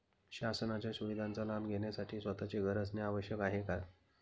शासनाच्या सुविधांचा लाभ घेण्यासाठी स्वतःचे घर असणे आवश्यक आहे का?